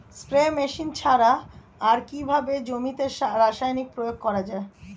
Spray machine ছাড়া আর কিভাবে জমিতে রাসায়নিক প্রয়োগ করা যায়?